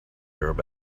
arab